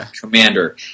Commander